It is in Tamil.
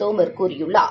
தோமர் கூறியுள்ளார்